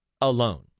alone